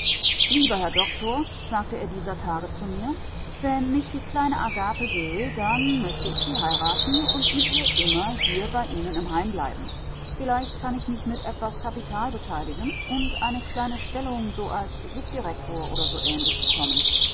lieber herr doktor sagte er dieser tage zu mir wenn mich die kleine agathe will dann möchte ich sie heiraten und mit ihr immer hier bei ihnen im heim bleiben vielleicht kann ich mich mit etwas kapital beteiligen und eine kleine stellung so als subdirektor oder ähnlich bekommen